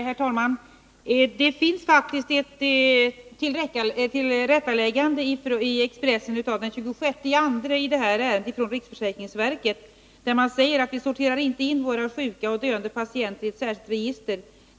Herr talman! Det finns faktiskt ett tillrättaläggande från riksförsäkringsverket i detta ärende publicerat i Expressen av den 26 februari. Verket säger där: ”Vi sorterar inte in svårt sjuka och döende patienter i ett särskilt register.